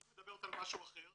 היא מדברת על משהו אחר.